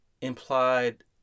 Implied